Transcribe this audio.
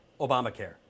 Obamacare